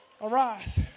arise